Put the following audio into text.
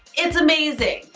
it's amazing.